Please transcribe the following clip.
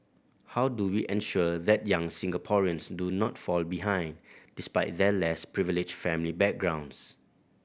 how do we ensure that young Singaporeans do not fall behind despite their less privileged family backgrounds